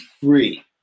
free